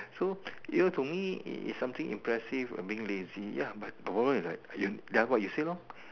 so you know to me it is something impressive of being lazy ya but the problem is like that what you say lor